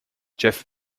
jeff